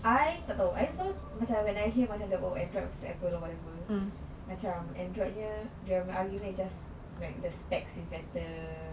I tak tahu I tahu macam when I hear macam the oh the android versus apple whatever macam android punya argument macam their specs is better